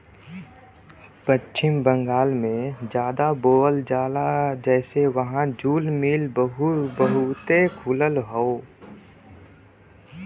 पश्चिम बंगाल में जादा बोवल जाला जेसे वहां जूल मिल बहुते खुलल हौ